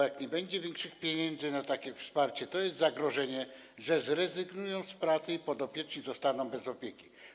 Jak nie będzie większych pieniędzy na takie wsparcie, to będzie zagrożenie, że zrezygnują z pracy, a podopieczni zostaną bez opieki.